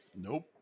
Nope